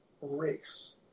race